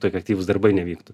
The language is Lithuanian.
tokie aktyvūs darbai nevyktų